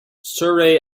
surrey